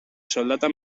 soldata